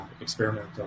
experimental